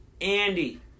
Andy